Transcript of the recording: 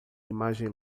imagens